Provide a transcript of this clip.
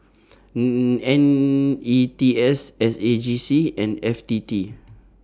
N E T S S A J C and F T T